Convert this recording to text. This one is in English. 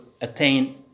attain